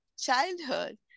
childhood